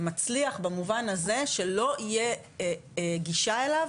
ומצליח במובן הזה שלא תהיה גישה אליו,